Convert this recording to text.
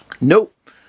Nope